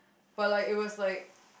but like it was like